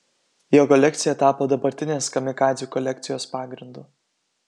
jo kolekcija tapo dabartinės kamikadzių kolekcijos pagrindu